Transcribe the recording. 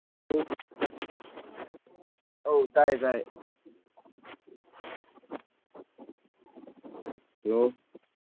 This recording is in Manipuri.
ꯍꯜꯂꯣ ꯑꯧ ꯇꯥꯏꯌꯦ ꯇꯥꯏꯌꯦ ꯍꯂꯣ